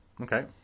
Okay